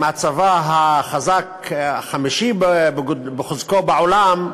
עם הצבא החמישי בחוזקו בעולם,